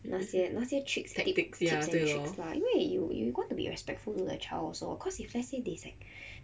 那些那些 tricks that keep their tricks lah 因为 you you want to be respectful to the child also cause if let's say there's like